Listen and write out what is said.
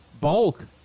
bulk